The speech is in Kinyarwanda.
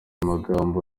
magambo